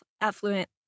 affluent